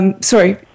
Sorry